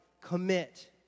commit